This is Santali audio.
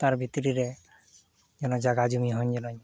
ᱛᱟᱨ ᱵᱷᱤᱛᱨᱤ ᱨᱮ ᱡᱮᱱᱚ ᱡᱟᱜᱟ ᱡᱩᱢᱤᱦᱚᱧ ᱧᱮᱞᱟᱹᱧ